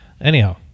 anyhow